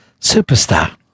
Superstar